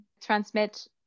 transmit